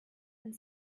and